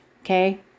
Okay